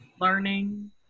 learning